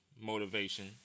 motivation